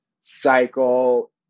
cycle